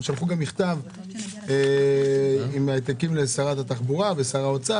הם שלחו מכתב עם העתקים לשרת התחבורה ושר האוצר